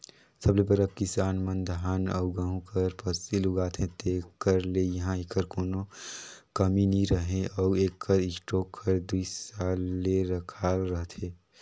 सबले बगरा किसान मन धान अउ गहूँ कर फसिल उगाथें तेकर ले इहां एकर कोनो कमी नी रहें अउ एकर स्टॉक हर दुई साल ले रखाल रहथे